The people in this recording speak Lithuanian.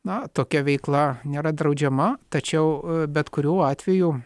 na tokia veikla nėra draudžiama tačiau bet kuriuo atveju